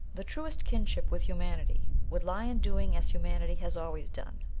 the truest kinship with humanity would lie in doing as humanity has always done,